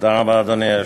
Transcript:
ארבע דקות.